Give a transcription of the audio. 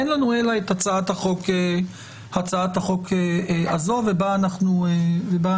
אין לנו אלא את הצעת החוק הזו ובה אנחנו עסוקים.